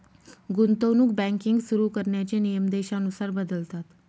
गुंतवणूक बँकिंग सुरु करण्याचे नियम देशानुसार बदलतात